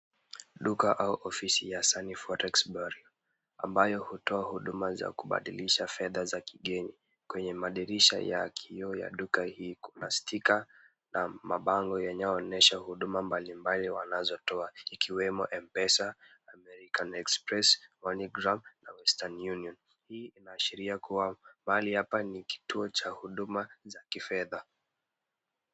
Duka au ofisi ya sanifu ya Forex Trade Bureau ambayo hutoa huduma za kubadilisha fedha za kigeni. Kwenye madirisha ya kioo ya duka hii kuna sticker na mabango yanayoonyesha huduma mbalimbali wanazotoa, ikiwemo M-pesa, American Express, Money Gram na Western Union . Hii inaashiria kuwa mahali hapa ni kituo cha huduma za kifedha.